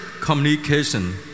communication